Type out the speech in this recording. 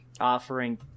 offering